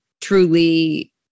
Truly